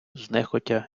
знехотя